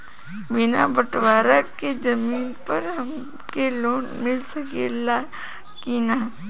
बिना बटवारा के जमीन पर हमके लोन मिल सकेला की ना?